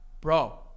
Bro